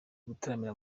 gutaramira